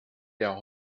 der